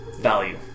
value